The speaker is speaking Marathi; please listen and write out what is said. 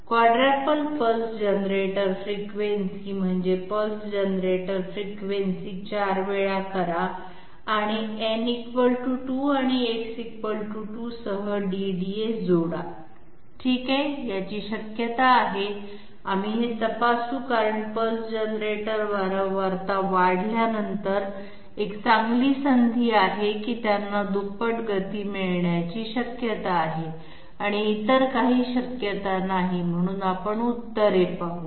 क्वाड्रपल पल्स जनरेटर फ्रिक्वेन्सी म्हणजे पल्स जनरेटर फ्रिक्वेन्सी 4 वेळा करा आणि n 2 आणि X 2 सह DDA जोडा ठीक आहे याची शक्यता आहे आम्ही हे तपासू कारण पल्स जनरेटर वारंवारता वाढल्यानंतर एक चांगली संधी आहे की त्यांना दुप्पट गती मिळण्याची शक्यता आहे आणि इतर काही शक्यता नाही म्हणून आपण उत्तरे पाहू